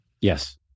Yes